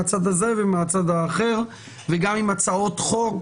מהצד הזה ומהצד האחר וגם עם הצעות חוק